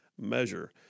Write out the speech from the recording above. measure